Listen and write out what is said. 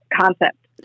concept